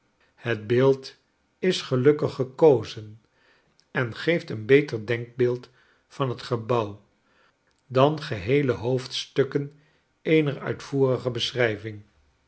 het beeld is gelukkig gekozen en geeft een beter denkbeeld van het gebouw dan geheele hoofdstukken eener uitvoerige beschrijving